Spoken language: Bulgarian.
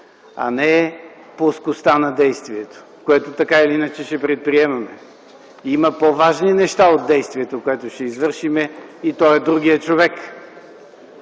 а не плоскостта на действието, което така или иначе ще предприемем. Има по-важни неща от действието, което ще извършим. И то е другият човек.